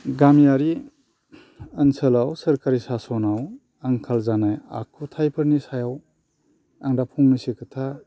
गामियारि ओनसोलाव सोरखारि सासनाव आंखाल जानाय आखुथायफोरनि सायाव आं दा फंनैसो खोथा